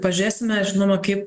pažiūrėsime žinoma kaip